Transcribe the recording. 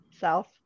south